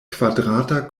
kvadrata